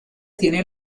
tiene